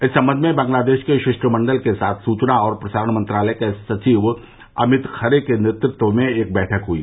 इस संबंध में बंगलादेश के शिष्टमण्डल के साथ सूचना और प्रसारण मंत्रालय के सचिव अमित खरे के नेतृत्व में कल नई दिल्ली में एक बैठक हुई